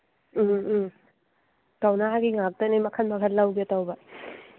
ꯎꯝ ꯎꯝ ꯀꯧꯅꯥꯒꯤ ꯉꯥꯛꯇꯅꯦ ꯃꯈꯜ ꯃꯈꯜ ꯂꯧꯒꯦ ꯇꯧꯕ